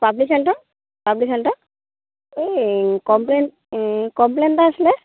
public হেলথৰ public হেলথৰ এই কমপ্লেইন কমপ্লেইন এটা আছিলে